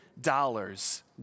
dollars